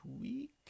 week